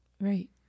Right